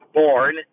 born